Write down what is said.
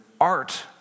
art